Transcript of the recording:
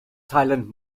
thailand